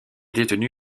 détenu